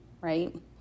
right